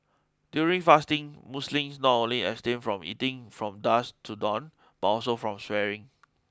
during fasting Muslims not only abstain from eating from dusk to dawn but also from swearing